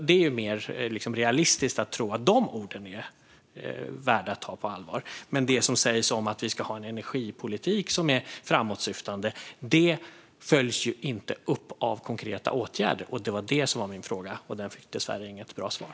Det är mer realistiskt att tro att dessa ord är värda att ta på allvar. Men det som sägs om att vi ska ha en energipolitik som är framåtsyftande följs ju inte upp av konkreta åtgärder. Det var detta som var min fråga, och den fick dessvärre inget bra svar.